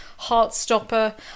Heartstopper